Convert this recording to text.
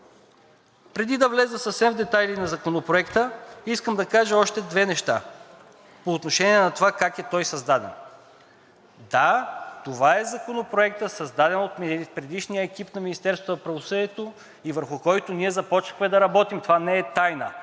Преди да вляза съвсем в детайли на Законопроекта, искам да кажа още две неща по отношение на това как е създаден той. Да, това е Законопроектът, създаден от предишния екип на Министерството на правосъдието, и върху който ние започнахме да работим. Това не е тайна!